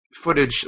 footage